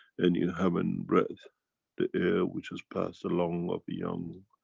and you haven't breathe the air which has passed the lung of a young